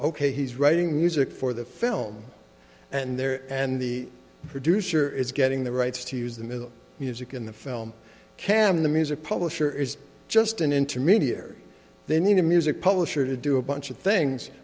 ok he's writing music for the film and there and the producer is getting the rights to use them in the music in the film cam the music publisher is just an intermediary then the music publisher to do a bunch of things